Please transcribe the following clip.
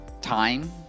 time